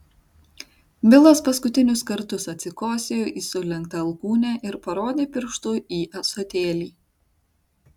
bilas paskutinius kartus atsikosėjo į sulenktą alkūnę ir parodė pirštu į ąsotėlį